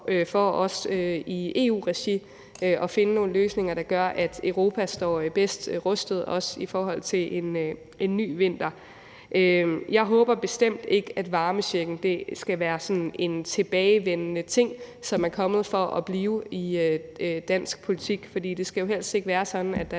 i EU-regi for at finde nogle løsninger, der gør, at Europa står bedst rustet også i forhold til en ny vinter. Jeg håber bestemt ikke, at varmechecken skal være sådan en tilbagevendende ting, som er kommet for at blive i dansk politik. For det skal jo helst ikke være sådan, at der